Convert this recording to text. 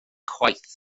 chwaith